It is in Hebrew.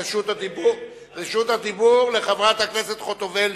רשות הדיבור לחברת הכנסת חוטובלי,